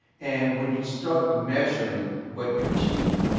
and when you start measuring what you achieve,